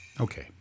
Okay